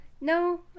no